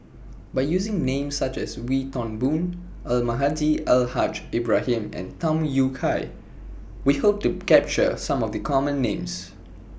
By using Names such as Wee Toon Boon Almahdi Al Haj Ibrahim and Tham Yui Kai We Hope to capture Some of The Common Names